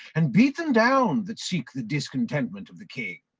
and beat them down, that seek the discontentment of the king.